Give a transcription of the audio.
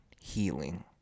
healing